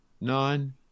Nine